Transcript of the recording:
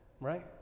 right